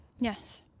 Yes